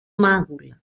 μάγουλα